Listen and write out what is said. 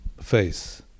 face